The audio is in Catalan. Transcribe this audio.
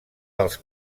dels